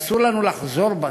ואסור לנו לחזור בנו.